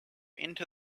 into